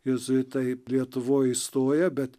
jėzuitai lietuvoj įstoja bet